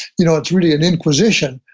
you know it's really an inquisition,